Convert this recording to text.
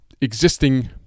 existing